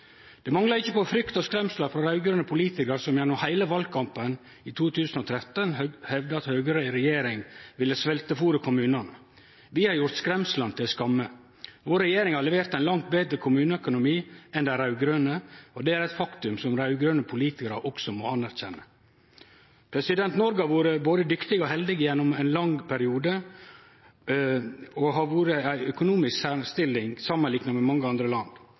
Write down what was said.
Det mangla ikkje på frykt og skremsler frå raud-grøne politikarar, som gjennom heile valkampen i 2013 hevda at Høgre i regjering ville sveltefôre kommunane. Vi har gjort skremsla til skamme. Vår regjering har levert ein langt betre kommuneøkonomi enn dei raud-grøne, og det er eit faktum som raud-grøne politikarar også må godta. Noreg har vore både dyktig og heldig gjennom ein lang periode og har vore i ei økonomisk særstilling samanlikna med mange andre land.